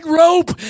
rope